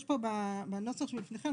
יש פה בנוסח שלפניכם,